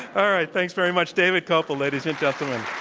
all right. thanks very much. david kopel, ladies and gentlemen.